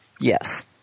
Yes